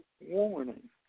warning